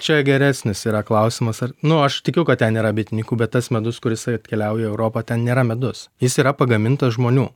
čia geresnis yra klausimas ar nu aš tikiu kad ten yra bitininkų bet tas medus kuris atkeliauja į europą ten nėra medus jis yra pagamintas žmonių